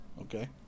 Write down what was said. Okay